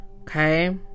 Okay